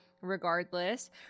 regardless